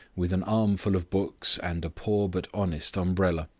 with an armful of books and a poor but honest umbrella.